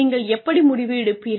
நீங்கள் எப்படி முடிவு எடுப்பீர்கள்